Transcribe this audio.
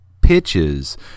pitches